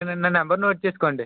సరేండి నా number note చేసుకోండి